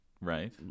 right